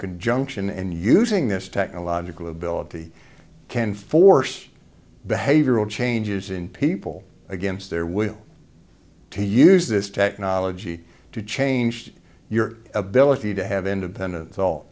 conjunction and using this technological ability can force behavioral changes in people against their will to use this technology to change your ability to have independence